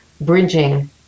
bridging